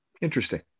Interesting